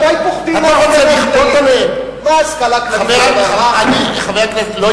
אתם פוחדים, מה, השכלה גבוהה זה דבר רע?